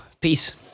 Peace